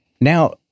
Now